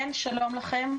שלום לכם.